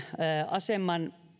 aseman